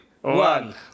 one